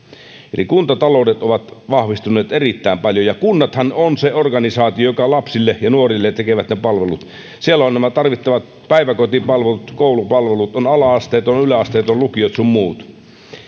eli kuntataloudet ovat vahvistuneet erittäin paljon ja kunnathan ovat se organisaatio joka lapsille ja nuorille tekee ne palvelut siellä ovat nämä tarvittavat päiväkotipalvelut koulupalvelut on ala asteet on yläasteet on lukiot sun muut